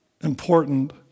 important